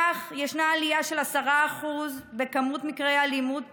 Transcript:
כך, ישנה עלייה של 10% במספר מקרי האלימות